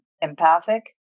empathic